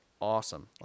awesome